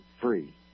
free